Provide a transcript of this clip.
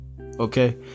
Okay